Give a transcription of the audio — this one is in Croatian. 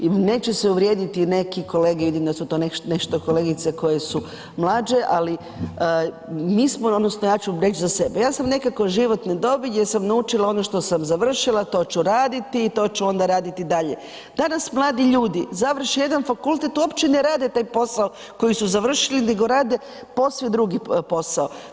I neće se uvrijediti neki kolege, vidim da su tu nešto kolegice koje su mlađe ali mi smo odnosno ja ću reć za sebe, ja sam nekako životne dobi gdje sam naučila ono što sam završila, to ću raditi, to ću onda raditi dalje. danas mladi ljudi završe jedna fakultet, uopće ne rade taj posao koji su završili nego rade posve druge posao.